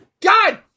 God